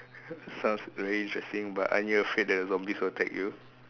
sounds very interesting but aren't you afraid that the zombies will attack you